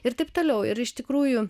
ir taip toliau ir iš tikrųjų